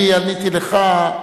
אני עניתי לך,